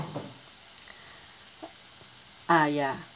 ah ya